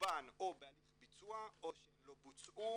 רובן או בהליך ביצוע או שהן לא בוצעו